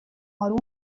آروم